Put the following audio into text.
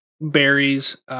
berries